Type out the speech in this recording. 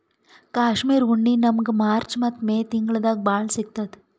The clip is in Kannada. ಕಾಶ್ಮೀರ್ ಉಣ್ಣಿ ನಮ್ಮಗ್ ಮಾರ್ಚ್ ಮತ್ತ್ ಮೇ ತಿಂಗಳ್ದಾಗ್ ಭಾಳ್ ಸಿಗತ್ತದ್